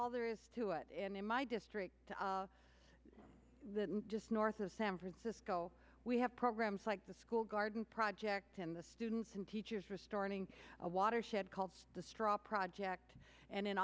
all there is to it and in my district of the just north of san francisco we have programs like the school garden project and the students and teachers restoring a watershed called the straw project and in